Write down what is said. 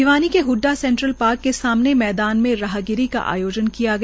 भिवानी के Huda central park के सामने मैदान में राहगिरी का आयोजन किया गया